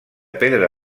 pedra